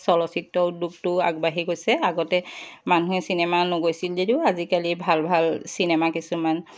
চলচ্চিত্ৰ উদ্যোগটোও আগবাঢ়ি গৈছে আগতে মানুহে চিনেমা নগৈছিল যদিও আজিকালি ভাল ভাল চিনেমা কিছুমান